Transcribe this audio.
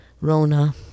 Rona